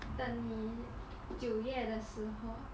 等你九月的时候